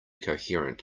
coherent